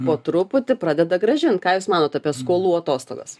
po truputį pradeda grąžint ką jūs manot apie skolų atostogas